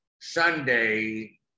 Sunday